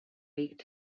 week